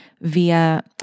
via